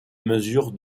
mesure